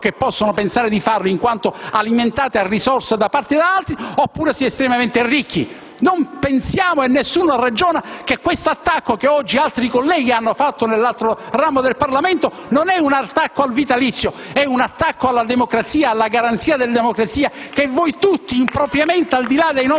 Non pensiamo e nessuno ragiona sul fatto che questo attacco che oggi altri colleghi hanno lanciato nell'altro ramo del Parlamento non è un attacco al vitalizio: è un attacco alla democrazia e alla garanzia della democrazia che noi tutti impropriamente, al di là dei